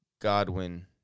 Godwin